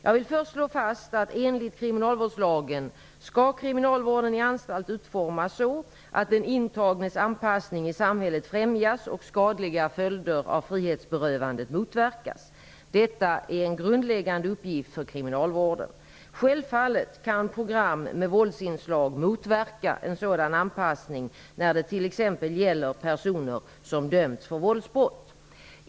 Jag vill först slå fast att kriminalvården i anstalt, enligt kriminalvårdslagen, skall utformas så att den intagnes anpassning i samhället främjas och skadliga följder av frihetsberövandet motverkas. Detta är en grundläggande uppgift för kriminalvården. Självfallet kan program med våldsinslag motverka en sådan anpassning när det t.ex. gäller personer som dömts för våldsbrott.